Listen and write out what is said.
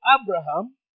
Abraham